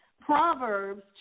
Proverbs